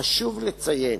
חשוב לציין